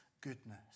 goodness